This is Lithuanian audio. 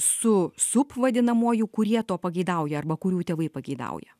su sup vadinamuoju kurie to pageidauja arba kurių tėvai pageidauja